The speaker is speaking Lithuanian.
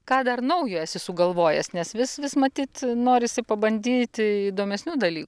ką dar naujo esi sugalvojęs nes vis vis matyt norisi pabandyti įdomesnių dalykų